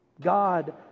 God